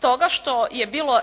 toga što je bilo